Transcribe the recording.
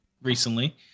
recently